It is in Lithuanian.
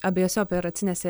abiejose operacinėse